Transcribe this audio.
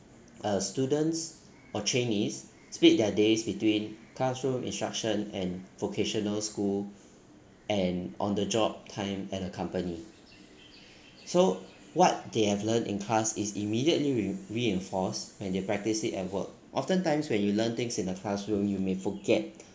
uh students or trainees split their days between classroom instruction and vocational school and on the job time aT a company so what they have learnt in class is immediately re~ reinforced when they practice it at work often times when you learn things in the classroom you may forget